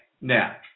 now